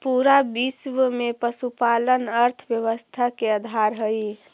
पूरा विश्व में पशुपालन अर्थव्यवस्था के आधार हई